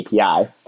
API